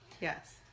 Yes